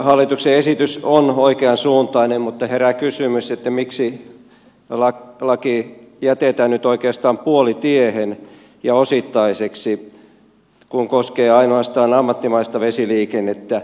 hallituksen esitys on oikean suuntainen mutta herää kysymys miksi laki jätetään nyt oikeastaan puolitiehen ja osittaiseksi kun se koskee ainoastaan ammattimaista vesiliikennettä